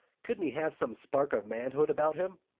couldn't he have some spark of manhood about him?